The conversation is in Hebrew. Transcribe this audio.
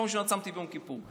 פעם ראשונה צמתי ביום כיפור.